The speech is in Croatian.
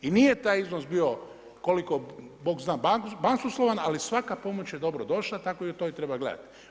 I nije taj iznos bio koliko bog zna basnoslovan, ali svaka pomoć je dobro došla tako i u to treba gledati.